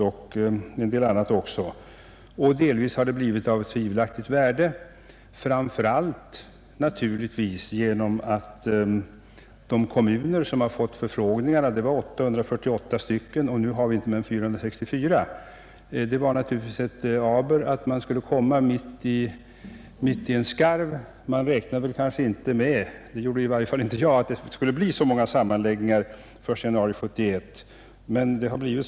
Delvis har enkäternas resultat blivit av tvivelaktigt värde, framför allt därigenom att det var 848 kommuner som fick förfrågningar, medan vi nu inte har mer än 464 kommuner. Det var ju ett aber att man skulle komma med enkäterna mitt i en skarv. Man förutsåg kanske inte — det gjorde i varje fall inte jag — att det skulle bli så många kommunsammanläggningar den 1 januari 1971.